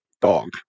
Dog